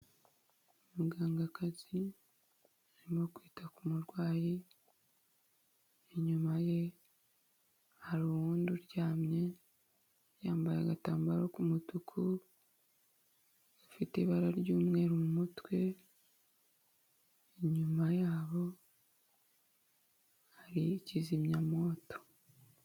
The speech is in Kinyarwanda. Umugangakazi arimo kwita ku murwayi, inyuma ye haruwundi uryamye yambaye agatambaro k'umutuku ufite ibara ry'umweru mu mutwe, inyuma yabo hari kizimyamwoto.